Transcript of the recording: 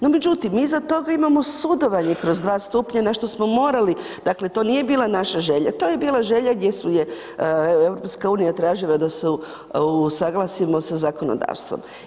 No, međutim, mi iza toga imamo sudovanje, kroz 2 stupnja, na što smo morali, dakle, to nije bila naša želja, to je bila želja, gdje je EU, tražila da se usuglasimo sa zakonodavstvom.